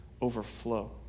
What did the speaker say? overflow